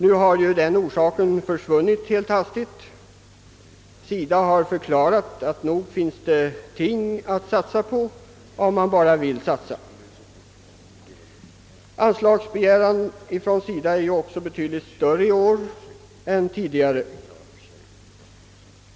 Nu har denna orsak försvunnit. SIDA har förklarat att nog finns det ting att satsa på, om man bara vill satsa. Anslagsbegäran ifrån SIDA är också betydligt större i år än tidigare.